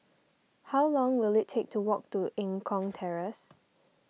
how long will it take to walk to Eng Kong Terrace